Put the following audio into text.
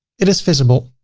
it is feasible.